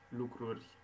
lucruri